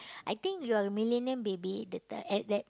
I think your millennium baby better at that